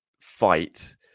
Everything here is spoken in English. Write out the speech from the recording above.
fight